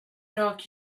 rak